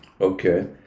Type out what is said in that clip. okay